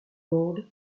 board